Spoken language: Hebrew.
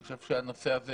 אבל אני שם דגש על הנושא של